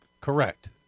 Correct